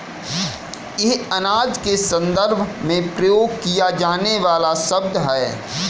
यह अनाज के संदर्भ में प्रयोग किया जाने वाला शब्द है